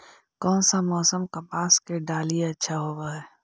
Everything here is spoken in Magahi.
कोन सा मोसम कपास के डालीय अच्छा होबहय?